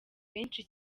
benshi